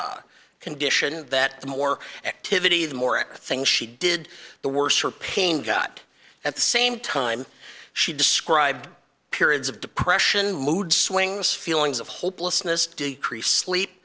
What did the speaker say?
form condition that the more activity the more things she did the worse her pain got at the same time she described periods of depression mood swings feelings of hopelessness decreased sleep